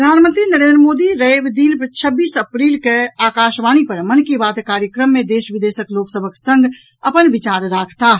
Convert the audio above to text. प्रधानमंत्री नरेन्द्र मोदी रवि दिन छब्बीस अप्रैल के आकाशवाणी पर मन की बात कार्यक्रम मे देश विदेशक लोक सभक संग अपन विचार राखताह